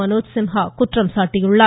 மனோஜ் சின்ஹா குற்றம் சாட்டியுள்ளார்